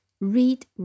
Read